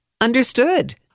understood